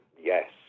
Yes